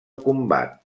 combat